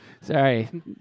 sorry